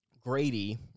Grady